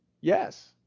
Yes